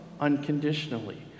unconditionally